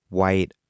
white